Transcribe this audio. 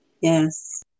yes